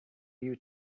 you